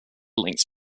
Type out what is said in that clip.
links